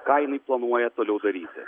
ką jinai planuoja toliau daryti